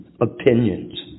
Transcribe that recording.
opinions